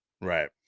Right